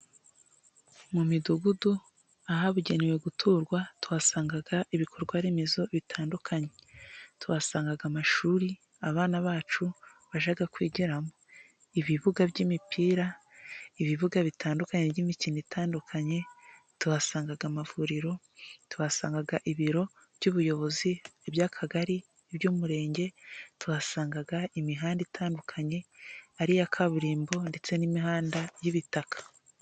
Mu midugudu ahagenewe guturwa tuhasanga ibikorwa remezo bitandukanye, tuhasanga amashuri abana bacu bajya kwigiramo, ibibuga by'imipira, ibibuga bitandukanye by'imikino itandukanye, tuhasanga amavuriro, tuhasanga ibiro by'ubuyobozi, iby'akagari, iby'umurenge, tuhasanga imihanda itandukanye, ari iya kaburimbo ndetse n'imihanda y'ibitaka.